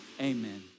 amen